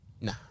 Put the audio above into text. Nah